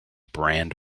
brand